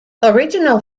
original